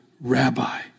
Rabbi